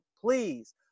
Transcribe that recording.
please